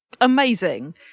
amazing